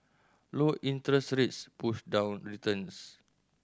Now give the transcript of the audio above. low interest rates push down returns